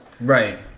Right